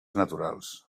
naturals